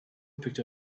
picked